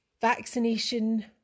vaccination